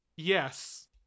Yes